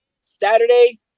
Saturday